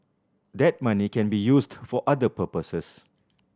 that money can be used for other purposes